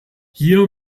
hier